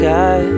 Sky